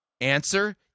Answer